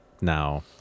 now